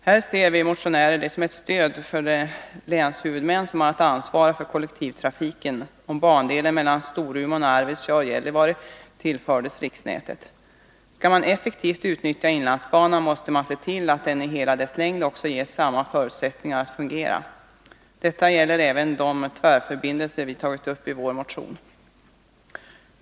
Här ser vi motionärer det som ett stöd för de länshuvudmän som har att ansvara för kollektivtrafiken om bandelen Storuman-Arvidsjaur-Gällivare tillförs riksnätet. Skall man effektivt utnyttja Inlandsbanan måste man se till att den i hela sin längd ges samma förutsättningar att fungera. Detta gäller även de tvärförbindelser vi tagit upp i vår motion.